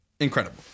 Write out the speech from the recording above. incredible